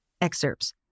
Excerpts